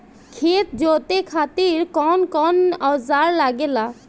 खेत जोते खातीर कउन कउन औजार लागेला?